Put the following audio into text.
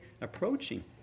approaching